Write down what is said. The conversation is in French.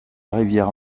rivière